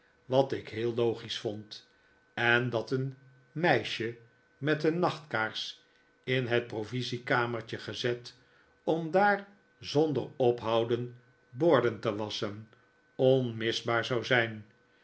wat ik heel logisch vond en dat een meisje met een nachtkaars in het provisiekamertje gezet om daar zonder ophouden borden te wasschen onmisbaar zou zijn